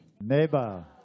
Neighbor